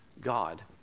God